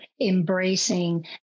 embracing